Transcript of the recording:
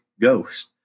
ghost